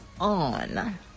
on